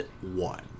one